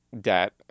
debt